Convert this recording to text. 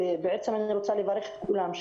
אני רוצה לברך את כולם,